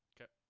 Okay